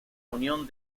unión